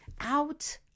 out